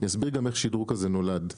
ואסביר איך השדרוג הזה נולד.